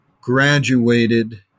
graduated